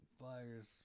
Buyer's